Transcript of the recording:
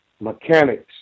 mechanics